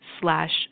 slash